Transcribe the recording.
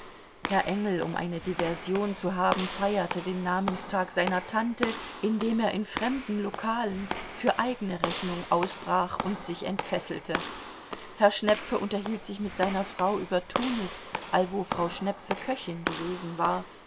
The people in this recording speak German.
herr engel um eine diversion zu haben feierte den namenstag seiner tante indem er in fremden lokalen für eigene rechnung ausbrach und sich entfesselte herr schnepfe unterhielt sich mit seiner frau über tunis allwo frau schnepfe köchin gewesen war